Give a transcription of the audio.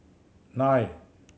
nine